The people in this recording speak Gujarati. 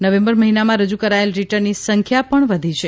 નવેમ્બર મહિનામાં રજૂ કરાયેલા રિટર્નની સંખ્યા પણ વધી છે